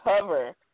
cover